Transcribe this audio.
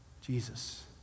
Jesus